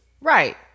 Right